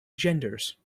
genders